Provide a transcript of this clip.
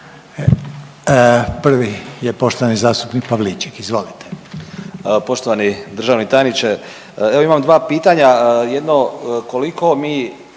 Prvi je poštovani zastupnik Pavliček. Izvolite.